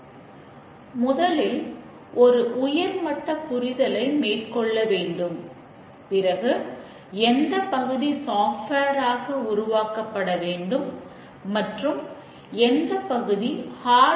ஏன் என்ன செய்து கொண்டிருக்கிறார்கள் என்பதை அவர்களால் அடையாளம் காணமுடியாது